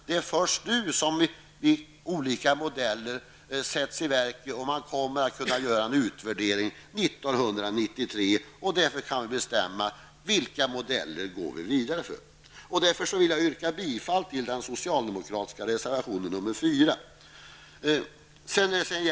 Det är först nu som olika modeller sätts i verket, och det kommer att göras en utvärdering 1993, så att vi kan bedöma vilka modeller som det finns anledning att gå vidare med. Därför vill jag yrka bifall till den socialdemokratiska reservationen nr 4.